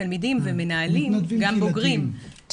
התלמידים והמנהלים וגם בוגרים,